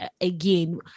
again